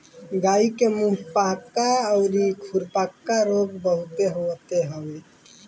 गाई के मुंहपका अउरी खुरपका रोग बहुते होते हवे